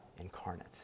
incarnate